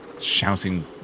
shouting